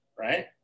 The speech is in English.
right